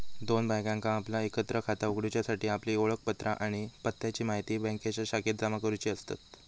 दोन बायकांका आपला एकत्र खाता उघडूच्यासाठी आपली ओळखपत्रा आणि पत्त्याची म्हायती बँकेच्या शाखेत जमा करुची असतत